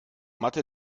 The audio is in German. mathe